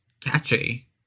catchy